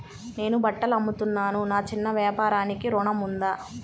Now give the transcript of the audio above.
నేను బట్టలు అమ్ముతున్నాను, నా చిన్న వ్యాపారానికి ఋణం ఉందా?